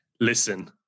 listen